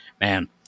Man